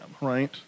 right